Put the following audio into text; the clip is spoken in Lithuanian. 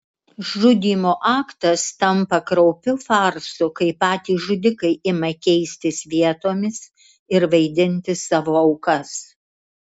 žudymo aktas tampa kraupiu farsu kai patys žudikai ima keistis vietomis ir vaidinti savo aukas